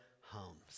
homes